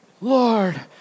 Lord